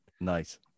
Nice